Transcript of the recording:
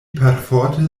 perforte